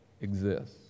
exists